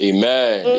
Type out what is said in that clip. Amen